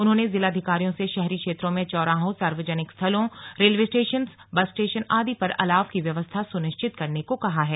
उन्होंने जिलाधिकारियों से शहरी क्षेत्रों में चौराहों सार्वजनिक स्थलों रेलवे स्टेशन बस स्टेशन आदि पर अलाव की व्यवस्था सुनिश्चित करने को कहा है